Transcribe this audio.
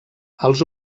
els